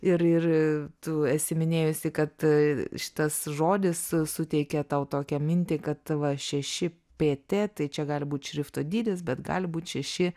ir ir tu esi minėjusi kad šitas žodis suteikia tau tokią mintį kad va šeši pt tai čia gali būt šrifto dydis bet gali būt šeši